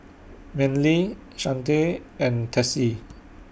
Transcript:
Manley Shante and Tessie